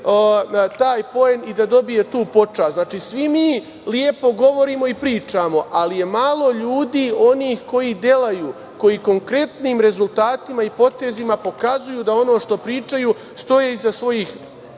taj poen i da dobije tu počast. Znači, svi mi lepo govorimo i pričamo, ali je malo ljudi onih koji delaju, koji konkretnim rezultatima i potezima pokazuju da za ono što pričaju stoje iza svojih